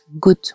good